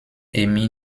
emmy